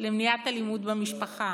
למניעת אלימות במשפחה,